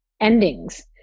endings